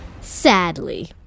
sadly